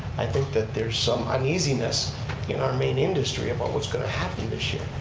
i think that there's some uneasiness in our main industry about what's going to happen this year.